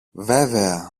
βέβαια